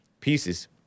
pieces